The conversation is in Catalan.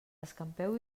escampeu